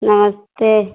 नमस्ते